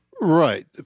Right